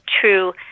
true